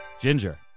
Ginger